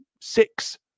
six